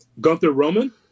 Gunther-Roman